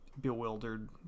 bewildered